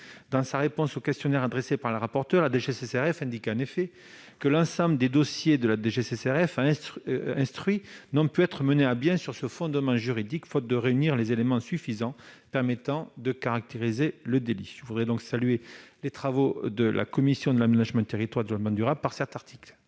Dans sa réponse au questionnaire adressé par les rapporteurs, la DGCCRF indique en effet que les dossiers qu'elle a instruits n'ont pu être menés à bien sur ce fondement juridique, faute de réunir les éléments suffisants permettant de caractériser le délit. Je veux donc saluer les travaux de la commission de l'aménagement du territoire et du développement durable ayant abouti